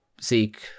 seek